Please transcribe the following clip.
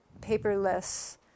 paperless